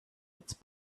its